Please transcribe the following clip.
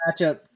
matchup